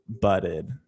butted